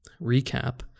recap